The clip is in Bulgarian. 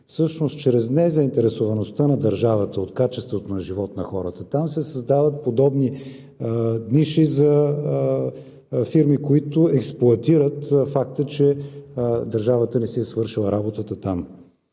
Всъщност чрез незаинтересоваността на държавата от качеството на живот на хората там се създават подобни ниши за фирми, които експлоатират факта, че държавата не си е свършила работата там.